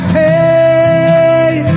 pain